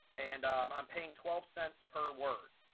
and i'm paying twelve cents per word.